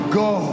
go